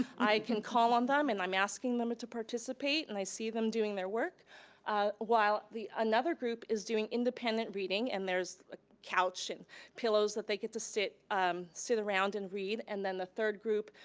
i can call on them and i'm asking them to participate and i see them doing their work while another group is doing independent reading and there's a couch and pillows that they get to sit um sit around and read, and then the third group,